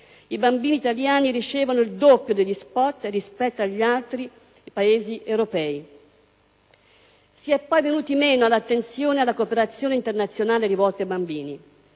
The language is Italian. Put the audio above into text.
I bambini italiani sono oggetto del doppio degli *spot* rispetto agli altri Paesi europei. È poi venuta meno l'attenzione alla cooperazione internazionale rivolta ai bambini.